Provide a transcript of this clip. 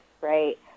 right